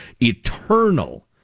eternal